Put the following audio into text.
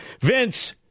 Vince